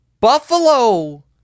Buffalo